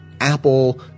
Apple